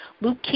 Luke